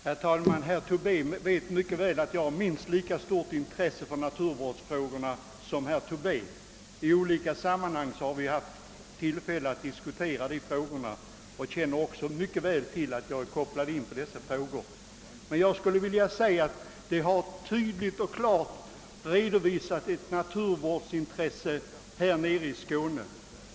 Herr talman! Herr Tobé vet mycket väl att jag har ett minst lika stort intresse för naturvårdsfrågorna som han själv. Vi har haft tillfälle att här diskutera naturvårdsfrågor i många olika sammanhang, och herr Tobé vet därför att jag är starkt inkopplad på de frågorna. Det har också klart och tydligt redovisats att vi har intresse för natur vården nere i Skåne.